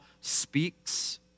speaks